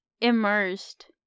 immersed